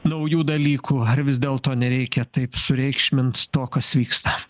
naujų dalykų ar vis dėlto nereikia taip sureikšmint to kas vyksta